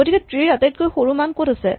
গতিকে ট্ৰী ৰ আটাইতকৈ সৰু মান ক'ত আছে